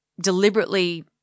deliberately